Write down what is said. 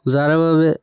যাৰ বাবে